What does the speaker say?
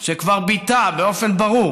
הוא שכבר ביטא באופן ברור